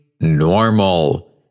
normal